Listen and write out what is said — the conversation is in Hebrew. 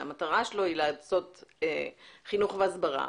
שהמטרה שלו היא לעשות חינוך והסברה,